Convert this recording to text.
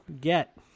Get